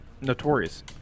Notorious